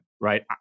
right